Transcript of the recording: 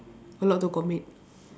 a lot to commit